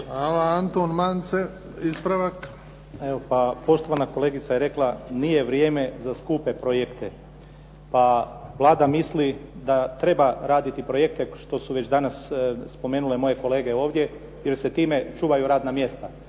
Anton (HDZ)** Poštovana kolegica je rekla nije vrijeme za skupe projekte. Pa Vlada misli da treba raditi projekte što su već danas spomenule koje kolege ovdje, jer se time čuvaju radna mjesta.